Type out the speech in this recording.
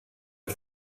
the